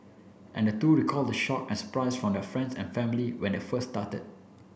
and the two recalled the shock at surprise from their friends and family when they first started